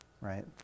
right